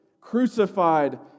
crucified